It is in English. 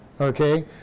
Okay